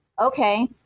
Okay